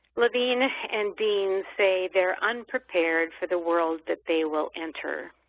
levine and dean say they're unprepared for the world that they will enter.